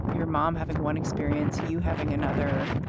your mom having one experience, you having another,